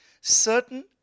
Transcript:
certain